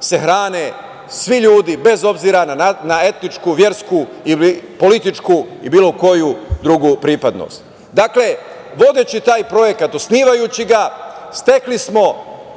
se hrane svi ljudi, bez obzira na etničku, versku, političku ili bilo koju drugu pripadnost. Dakle, vodeći taj projekat, osnivajući ga, stekli smo